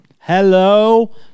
Hello